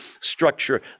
structure